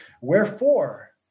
Wherefore